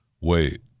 Wait